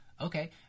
Okay